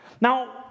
Now